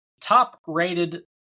top-rated